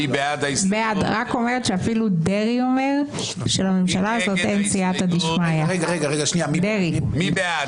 נצביע על הסתייגות 238. מי בעד?